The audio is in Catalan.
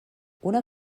una